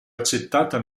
accettata